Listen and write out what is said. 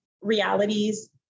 realities